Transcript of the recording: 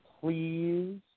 please